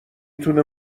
تونه